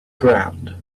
ground